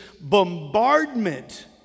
bombardment